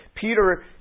Peter